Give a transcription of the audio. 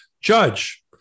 judge